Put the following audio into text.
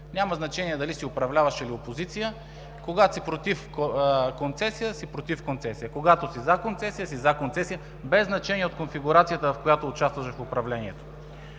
Няма значение дали си управляващ или опозиция. Когато си против концесия си против концесия, когато си за концесия си за концесия, без значение от конфигурацията, в която участваш в управлението.